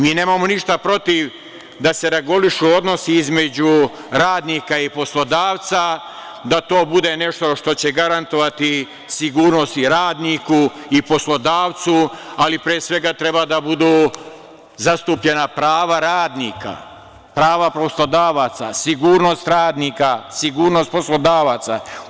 Mi nemamo ništa protiv da se regulišu odnosi između radnika i poslodavca, da to bude nešto što će garantovati sigurnost i radniku i poslodavcu, ali pre svega treba da budu zastupljena prava radnika, prava poslodavaca, sigurnost radnika, sigurnost poslodavaca.